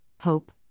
hope